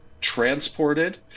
transported